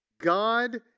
God